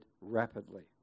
rapidly